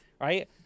right